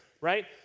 right